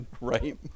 right